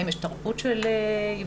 האם יש תרבות של היוועצות,